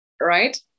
right